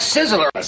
Sizzler